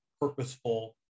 purposeful